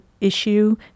issue